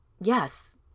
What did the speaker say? yes